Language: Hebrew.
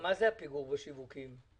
הפיגור בשיווקים?